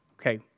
Okay